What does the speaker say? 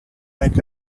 makes